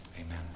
Amen